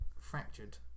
fractured